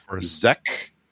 zek